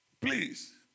Please